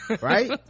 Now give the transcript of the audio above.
right